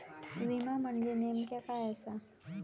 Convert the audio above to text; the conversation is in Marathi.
विमा म्हणजे नेमक्या काय आसा?